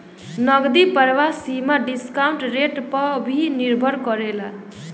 नगदी प्रवाह सीमा डिस्काउंट रेट पअ भी निर्भर करेला